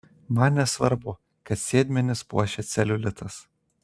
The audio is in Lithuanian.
man nesvarbu kad sėdmenis puošia celiulitas